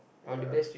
ya